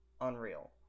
Unreal